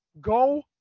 go